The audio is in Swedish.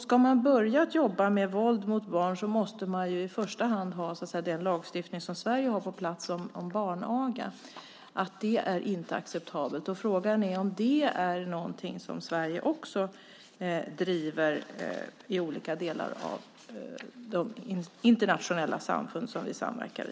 Ska man börja jobba med våld mot barn måste man i första hand ha den lagstiftning som Sverige har om barnaga, för att visa att det inte är acceptabelt. Frågan är om det är någonting som Sverige driver i olika delar av de internationella samfund som vi samverkar i.